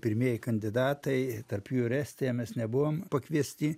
pirmieji kandidatai tarp jų ir estija mes nebuvom pakviesti